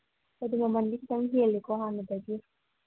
ꯑꯗꯨ ꯃꯃꯟꯗꯤ ꯈꯤꯇꯪ ꯍꯦꯜꯂꯦꯀꯣ ꯍꯥꯟꯅꯗꯒꯤ